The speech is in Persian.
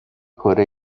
کره